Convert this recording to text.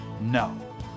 no